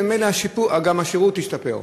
וממילא גם השירות ישתפר.